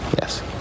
Yes